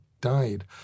died